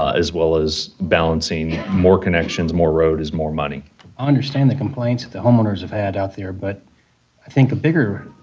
ah as well as balancing more connections. more road is more money. i understand the complaints that the homeowners have had out there, but i think the bigger